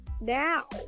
now